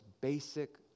basic